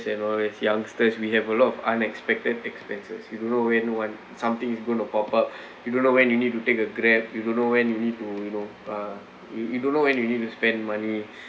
and always youngsters we have a lot of unexpected expenses you don't know when one something is going to pop up you don't know when you need to take a grab you don't know when you need to you know uh you you don't know when you need to spend money